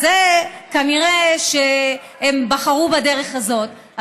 אז נראה שהם בחרו בדרך הזאת,